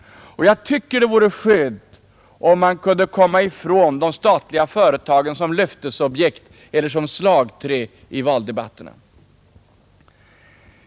Jag tycker att det samheten vore skönt om man kunde komma ifrån de statliga företagen som löftesobjekt eller som slagträn i valdebatterna.